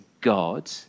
God